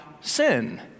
sin